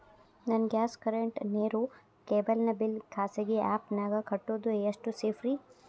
ನನ್ನ gas current, ನೇರು, cable ನ ಬಿಲ್ ಖಾಸಗಿ ಆ್ಯಪ್ ನ್ಯಾಗ್ ಕಟ್ಟೋದು ಎಷ್ಟು ಸೇಫ್ರಿ?